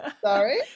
sorry